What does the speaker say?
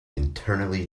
internally